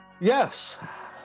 Yes